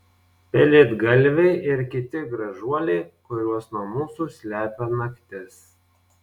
pelėdgalviai ir kiti gražuoliai kuriuos nuo mūsų slepia naktis